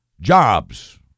Jobs